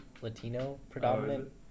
Latino-predominant